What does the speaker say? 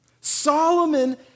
Solomon